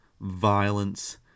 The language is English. violence